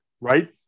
Right